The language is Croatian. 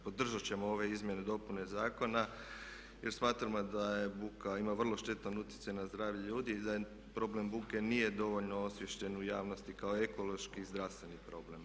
Podržat ćemo ove izmjene i dopune zakona jer smatramo da buka ima vrlo štetan utjecaj na zdravlje ljudi i da problem buke nije dovoljno osviješten u javnosti kao ekološki i zdravstveni problem.